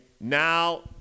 now